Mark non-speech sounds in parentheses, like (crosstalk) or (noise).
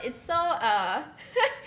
it's so uh (laughs)